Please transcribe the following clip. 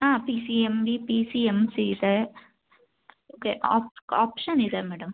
ಹಾಂ P C M B P C M C ಇದೆ okay op option ಇದೆ madam